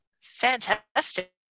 Fantastic